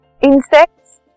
insects